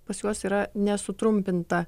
pas juos yra nesutrumpinta